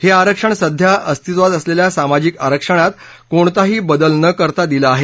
हे आरक्षण सध्या अस्तीत्वात असलेल्या सामाजिक आरक्षणात कुठलाही बदल न करता दिलं आहे